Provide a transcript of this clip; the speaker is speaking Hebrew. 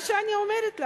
מה שאני אומרת לכם,